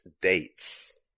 dates